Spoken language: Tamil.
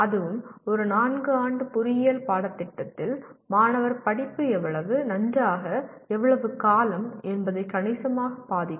அதுவும் ஒரு 4 ஆண்டு பொறியியல் பாடத்திட்டத்தில் மாணவர் படிப்பு எவ்வளவு நன்றாக எவ்வளவு காலம் என்பதை கணிசமாக பாதிக்கும்